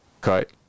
cut